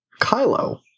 Kylo